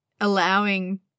allowing